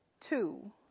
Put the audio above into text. two